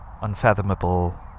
unfathomable